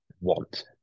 want